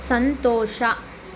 ಸಂತೋಷ